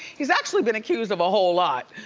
he's actually been accused of a whole lot.